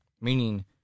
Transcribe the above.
meaning